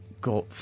got